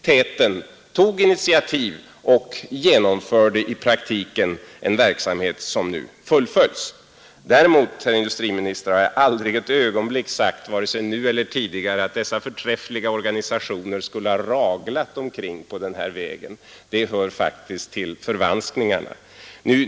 Han tog initiativ och genomförde i praktiken en verksamhet som nu fullföljts. Däremot, herr industriminister, har jag aldrig ett ögonblick sagt — vare sig nu eller tidigare — att dessa förträffliga organisationer skulle ha raglat omkring på den här vägen. Det hör faktiskt till förvanskningarna.